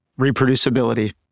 Reproducibility